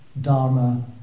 Dharma